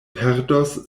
perdos